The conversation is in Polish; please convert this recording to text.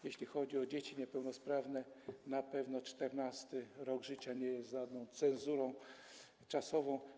Jeśli chodzi o dzieci niepełnosprawne, to na pewno 14. rok życia nie jest żadną cezurą czasową.